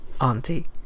auntie